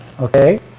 Okay